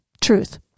truth